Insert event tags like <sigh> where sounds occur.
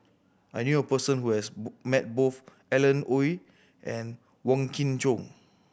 I knew a person who has <unintelligible> met both Alan Oei and Wong Kin Jong